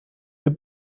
ihr